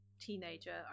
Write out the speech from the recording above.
teenager